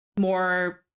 more